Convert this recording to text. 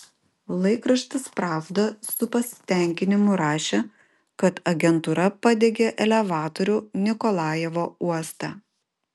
laikraštis pravda su pasitenkinimu rašė kad agentūra padegė elevatorių nikolajevo uoste